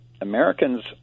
Americans